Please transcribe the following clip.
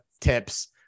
tips